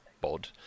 bod